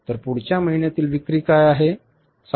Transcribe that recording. तर पुढच्या महिन्यातील विक्री काय आहे